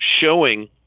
showing